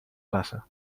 raça